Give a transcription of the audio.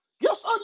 Yes